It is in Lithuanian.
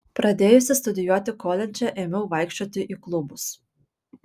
pradėjusi studijuoti koledže ėmiau vaikščioti į klubus